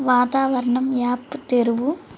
వాతావరణం యాప్ తెరువు